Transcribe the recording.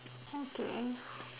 okay